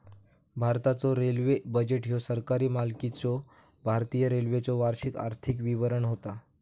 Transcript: भारताचो railway budget ह्यो सरकारी मालकीच्यो भारतीय रेल्वेचो वार्षिक आर्थिक विवरण होता